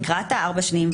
לקראת ארבע השנים,